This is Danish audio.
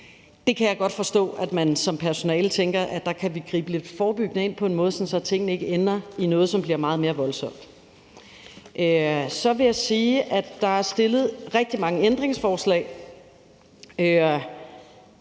Der kan jeg godt forstå, at man som personale tænker, at man kan gribe ind forebyggende, så tingene ikke ender i noget, som bliver meget mere voldsomt. Så vil jeg sige, at der er stillet rigtig mange ændringsforslag.